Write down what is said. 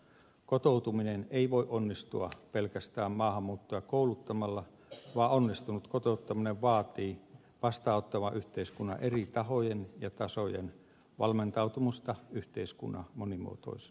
kotoutuminen ei voi onnistua pelkästään maahanmuuttajia kouluttamalla vaan onnistunut kotouttaminen vaatii vastaanottavan yhteiskunnan eri tahojen ja tasojen valmentautumista yhteiskunnan monimuotoisuuteen